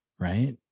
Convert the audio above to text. Right